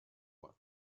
one